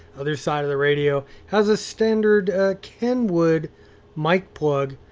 other side of the radio has a standard kenwood mic plug.